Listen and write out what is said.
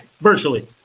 Virtually